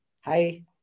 Hi